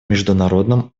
международном